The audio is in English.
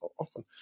often